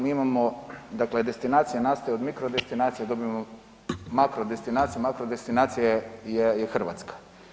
Mi imamo, dakle destinacija nastaje od mikro destinacija, dobimo makro destinacije, makro destinacija je, je Hrvatska.